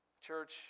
Church